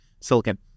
silicon